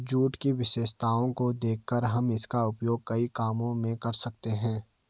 jute की विशेषताओं को देखकर हम इसका उपयोग कई कामों में कर सकते हैं